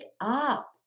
up